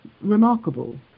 remarkable